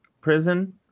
Prison